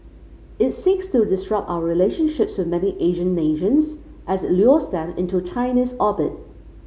it seeks to disrupt our relationships with many Asian nations as it lures them into China's orbit